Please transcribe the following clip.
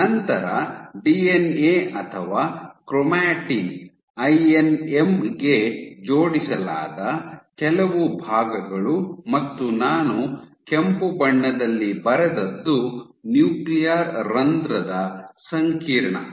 ನಂತರ ಡಿಎನ್ಎ ಅಥವಾ chromatin INM ಗೆ ಜೋಡಿಸಲಾದ ಕೆಲವು ಭಾಗಗಳು ಮತ್ತು ನಾನು ಕೆಂಪು ಬಣ್ಣದಲ್ಲಿ ಬರೆದದ್ದು ನ್ಯೂಕ್ಲಿಯರ್ ರಂಧ್ರದ ಸಂಕೀರ್ಣ